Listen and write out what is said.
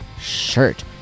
shirt